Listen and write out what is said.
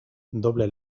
doble